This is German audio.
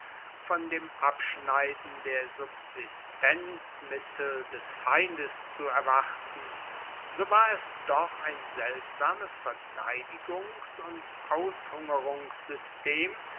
von dem abschneiden der subsistenzmittel des feindes zu erwarten so war es doch ein seltsames verteidigungs und